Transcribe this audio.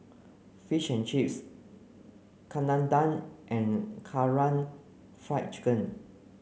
fish and Chips Chana Dal and Karaage Fried Chicken